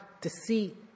deceit